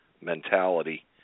mentality